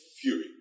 fury